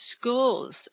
schools